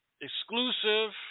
exclusive